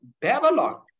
Babylon